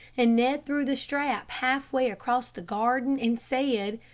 and ned threw the strap half-way across the garden, and said,